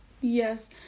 Yes